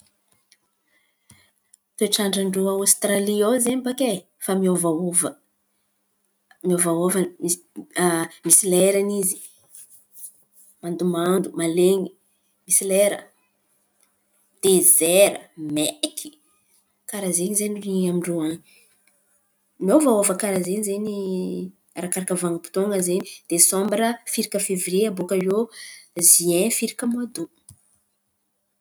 Toetrandra ndrô a Aostraly ao zen̈y bakay fa miôvaova miôvaôva misy lerany izy mandomando, malen̈y, misy lera dezaira maiky. Karà zen̈y zen̈y amin-drô an̈y. Miôvaôva karà zen̈y zen̈y arakaraka vanim-poton̈a zen̈y desambra firika fevrie abôka iô ziain firika moà do.